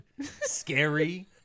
scary